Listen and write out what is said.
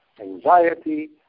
anxiety